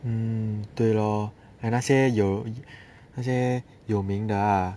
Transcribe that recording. hmm 对 lor then 那些有那些有名的 ah